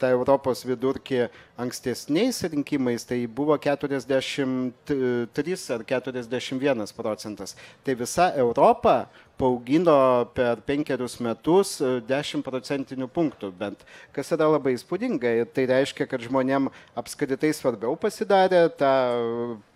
tą europos vidurkį ankstesniais rinkimais tai buvo keturiasdešimt trys ar keturiasdešim vienas procentas tai visa europa paaugino per penkerius metus dešim procentinių punktų bent kas yra labai įspūdinga ir tai reiškia kad žmonėm apskritai svarbiau pasidarė ta